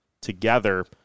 together